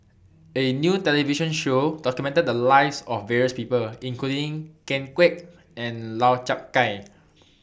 A New television Show documented The Lives of various People including Ken Kwek and Lau Chiap Khai